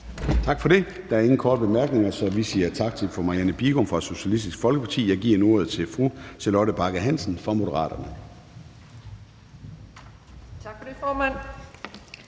Tak for det. Der er ingen korte bemærkninger, så vi siger tak til fru Marianne Bigum fra Socialistisk Folkeparti. Jeg giver nu ordet til fru Charlotte Bagge Hansen fra Moderaterne. Kl. 13:30 (Ordfører)